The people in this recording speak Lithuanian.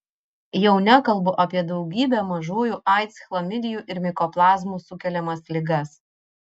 jau nekalbu apie daugybę mažųjų aids chlamidijų ir mikoplazmų sukeliamas ligas